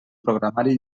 programari